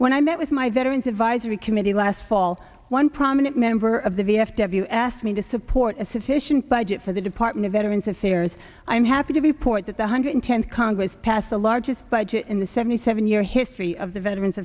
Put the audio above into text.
when i met with my veterans advisory committee last fall one prominent member of the v f w asked me to support a sufficient budget for the department of veterans affairs i'm happy to report that the hundred tenth congress passed the largest budget in the seventy seven year history of the veteran